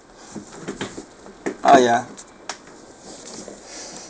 ah ya